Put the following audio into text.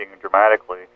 dramatically